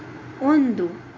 ಒಂದು